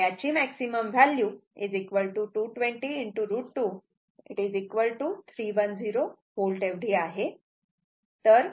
याची maximum value 220 √2 310 V एवढी आहे